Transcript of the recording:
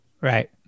Right